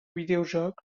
videojoc